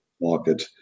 market